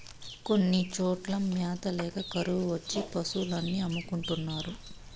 కొన్ని చోట్ల మ్యాత ల్యాక కరువు వచ్చి పశులు అన్ని అమ్ముకుంటున్నారు